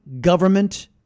government